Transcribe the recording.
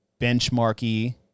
benchmarky